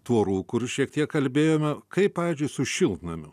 tvorų kur šiek tiek kalbėjome kaip pavyzdžiui su šiltnamiu